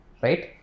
right